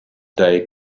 day